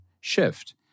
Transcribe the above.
shift